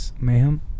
Mayhem